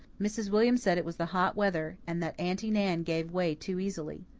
mrs. william said it was the hot weather, and that aunty nan gave way too easily.